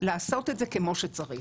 לעשות את זה כמו שצריך.